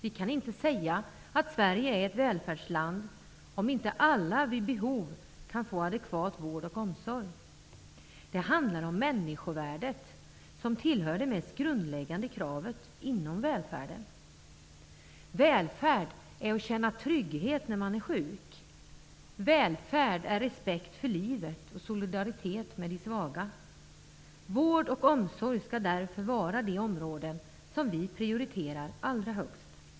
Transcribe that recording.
Vi kan inte säga att Sverige är ett välfärdsland om inte alla vid behov kan få adekvat vård och omsorg. Det handlar om människovärdet, som tillhör de mest grundläggande kraven inom välfärden. Välfärd är att känna trygghet när man är sjuk. Välfärd är respekt för livet och solidaritet med de svaga. Vård och omsorg skall därför vara de områden som vi prioriterar allra högst.